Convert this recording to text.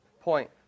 point